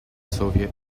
soviet